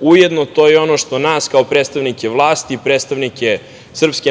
Ujedno, to je ono što nas kao predstavnike vlasti i predstavnike SNS